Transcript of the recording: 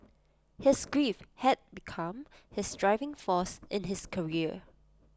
his grief had become his driving force in his career